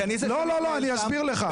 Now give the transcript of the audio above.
לא, לא, לא, אני אסביר לך.